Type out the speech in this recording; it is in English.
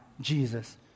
Jesus